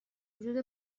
وجود